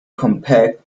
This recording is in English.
compact